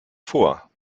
vor